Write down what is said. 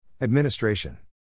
Administration